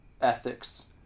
ethics